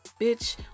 bitch